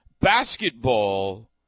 Basketball